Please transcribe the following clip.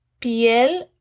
Piel